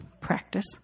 practice